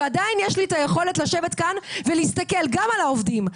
ועדיין יש לי היכולת לשבת כאן ולהסתכל גם על העובדים,